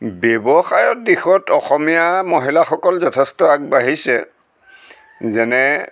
ব্যৱসায়ৰ দিশত অসমীয়া মহিলাসকল যথেষ্ট আগবাঢ়িছে যেনে